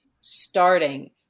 starting